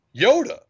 Yoda